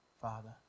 Father